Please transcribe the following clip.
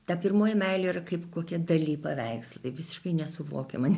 ta pirmoji meilė yra kaip kokia dali paveiksle visiškai nesuvokiama